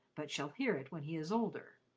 but shall hear it when he is older.